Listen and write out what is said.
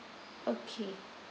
okay